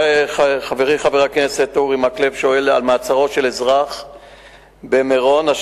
במוצאי-שבת עצרה המשטרה אזרח במירון.